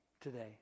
today